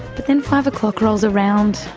but then five o'clock rolls around,